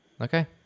okay